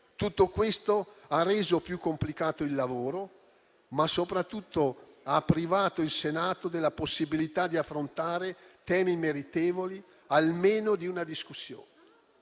Tutto questo ha reso più complicato il lavoro, ma soprattutto ha privato il Senato della possibilità di affrontare temi meritevoli almeno di una discussione.